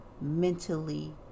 mentally